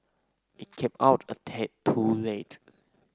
it came out a tad too late